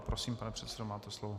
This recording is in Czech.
Prosím, pane předsedo, máte slovo.